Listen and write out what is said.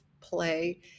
play